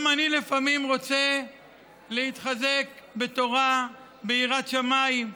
גם אני לפעמים רוצה להתחזק בתורה, ביראת שמיים,